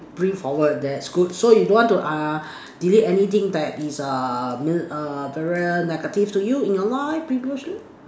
bring forward that's good so you don't want to uh delete anything that is err err very negative to you in your life previously